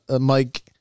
Mike